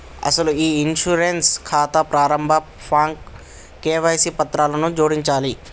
అసలు ఈ ఇన్సూరెన్స్ ఖాతా ప్రారంభ ఫాంకు కేవైసీ పత్రాలను జోడించాలి